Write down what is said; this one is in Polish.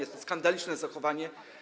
Jest to skandaliczne zachowanie.